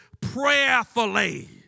prayerfully